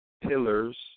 Pillars